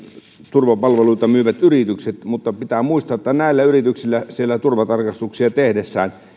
turvapalveluita myyvät yritykset mutta pitää muistaa että näillä yrityksillä siellä turvatarkastuksia tehdessään